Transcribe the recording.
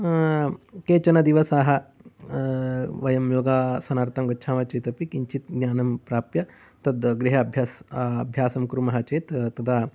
केचन दिवसाः वयं योगासनार्थं गच्छामः चेत् अपि किञ्चित् ज्ञानं प्राप्य तत् गृहे अभ्यास् अभ्यासं कुर्मः चेत् तदा